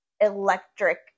electric